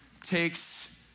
takes